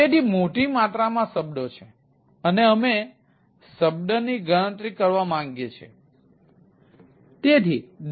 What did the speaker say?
તેથી મોટી માત્રામાં શબ્દો છે અને અમે શબ્દની ગણતરી કરવા માંગીએ છીએ